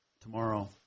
Tomorrow